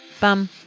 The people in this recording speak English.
Bum